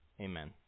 amen